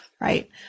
right